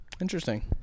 interesting